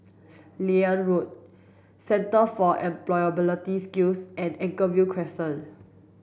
Liane Road Centre for Employability Skills and Anchorvale Crescent